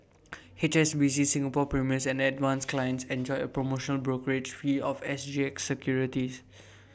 H S B C Singapore's premier and advance clients enjoy A promotional brokerage fee on S G X securities